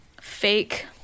fake